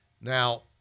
Now